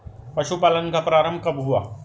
पशुपालन का प्रारंभ कब हुआ?